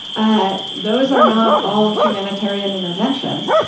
ah those are not all humanitarian interventions.